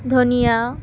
ধনিয়া